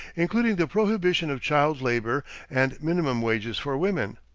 including the prohibition of child labor and minimum wages for women.